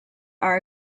are